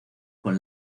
con